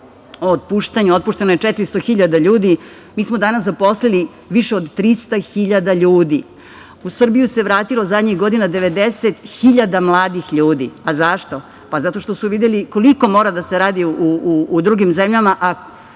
o otpuštanju, otpušteno je 400 hiljada ljudi. Mi smo danas zaposlili više od 300 hiljada ljudi. U Srbiju se vratilo zadnjih godina 90.000 mladih ljudi. Pa, zašto? Pa, zato što su videli koliko mora da se radi u drugim zemljama,